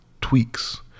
tweaks